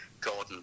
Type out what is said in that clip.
Gordon